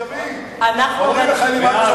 בעד.